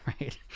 Right